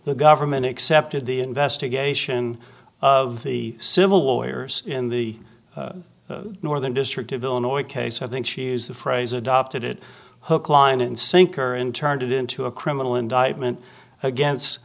the government accepted the investigation of the civil lawyers in the northern district of illinois case i think she is the phrase adopted it hook line and sinker and turned it into a criminal indictment against